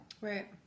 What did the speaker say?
Right